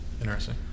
interesting